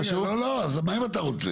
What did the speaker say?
לא לא, אז מה אם אתה רוצה?